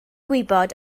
gwybod